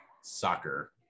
soccer